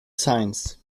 signs